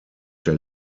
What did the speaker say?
der